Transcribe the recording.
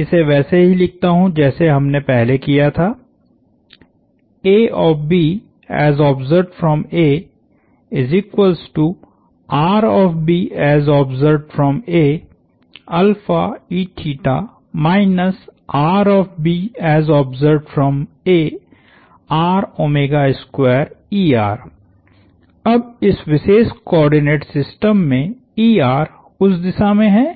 इसे वैसे ही लिखता हु जैसे जैसे हमने पहले किया था अब इस विशेष कोआर्डिनेट सिस्टम में उस दिशा में है